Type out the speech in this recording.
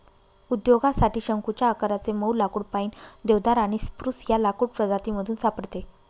उद्योगासाठी शंकुच्या आकाराचे मऊ लाकुड पाईन, देवदार आणि स्प्रूस या लाकूड प्रजातीमधून सापडते